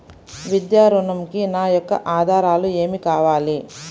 విద్యా ఋణంకి నా యొక్క ఆధారాలు ఏమి కావాలి?